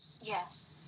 Yes